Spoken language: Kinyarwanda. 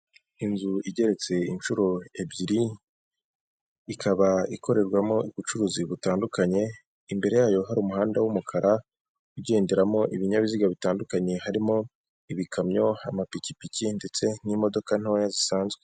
Inzu igeretse inshuro ebyiri ikaba ikorerwamo ubucuruzi butandukanye, imbere yayo hari umuhanda w'umukara ugenderamo ibinyabiziga bitandukanye harimo ibikamyo, amapikipiki, ndetse n'imodoka ntoya zisanzwe.